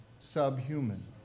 subhuman